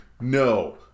no